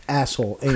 asshole